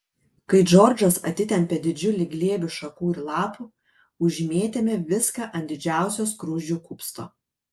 kai džordžas atitempė didžiulį glėbį šakų ir lapų užmėtėme viską ant didžiausio skruzdžių kupsto